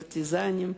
פרטיזנים,